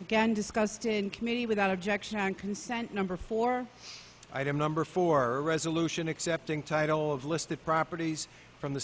again discussed in committee without objection and consent number four item number four resolution accepting title of list of properties from the